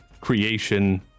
creation